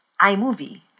iMovie